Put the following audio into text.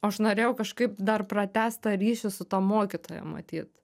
aš norėjau kažkaip dar pratęst tą ryšį su ta mokytoja matyt